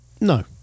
No